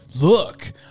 Look